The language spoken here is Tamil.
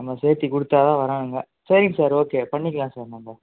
நம்ம சேர்த்திக்குடுத்தா தான் வரானுங்க சரிங்க சார் ஓகே பண்ணிக்கலாம் சார் நம்ப